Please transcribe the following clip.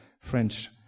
French